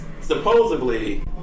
Supposedly